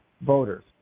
voters